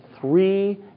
three